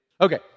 Okay